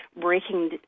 breaking